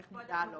איך נודע לו?